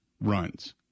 runs